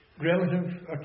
relative